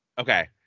Okay